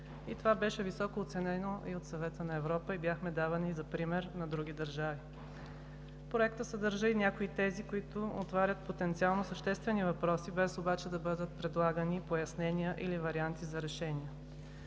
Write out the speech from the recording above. Това беше високо оценено от Съвета на Европа и бяхме давани за пример на други държави. Проектът съдържа и някои тези, които отварят потенциално съществени въпроси, без обаче да бъдат предлагани пояснения или варианти за решения.